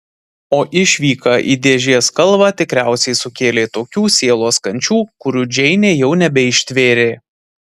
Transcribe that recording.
o išvyka į dėžės kalvą tikriausiai sukėlė tokių sielos kančių kurių džeinė jau nebeištvėrė